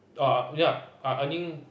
uh ya I earning